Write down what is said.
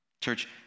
Church